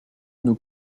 nous